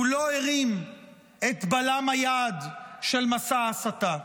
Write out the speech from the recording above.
הוא לא הרים את בלם היד של מסע ההסתה.